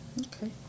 Okay